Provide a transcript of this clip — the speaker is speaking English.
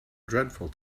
dreadful